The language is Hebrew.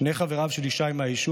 שני חבריו של ישי מהיישוב